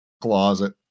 closet